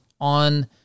on